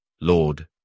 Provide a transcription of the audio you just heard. Lord